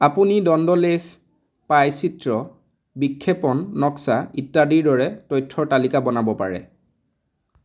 আপুনি দণ্ডলেখ পাই চিত্ৰ বিক্ষেপণ নক্সা ইত্যাদিৰ দৰে তথ্যৰ তালিকা বনাব পাৰে